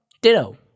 Ditto